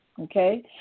okay